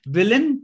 Villain